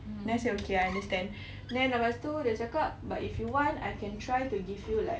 then I say okay I understand then lepas tu dia cakap but if you want I can try to give you like